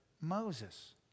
Moses